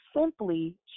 simply